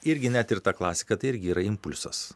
irgi net ir ta klasika tai irgi yra impulsas